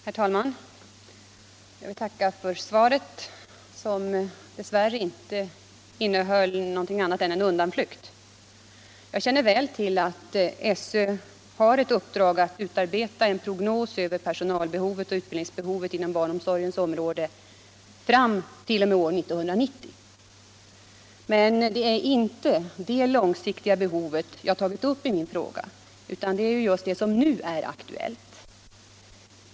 Herr talman! Jag vill tacka för svaret, som dess värre inte innehöll någonting annat än en undanflykt. Jag känner väl till att skolöverstyrelsen har ett uppdrag att utarbeta en prognos över personalbehovet och utbildningsbehovet inom barnomsorgen fram till år 1990. Men det är inte detta långsiktiga behov jag har tagit upp i min fråga utan det som just nu är aktuellt.